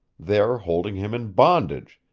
there holding him in bondage,